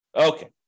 Okay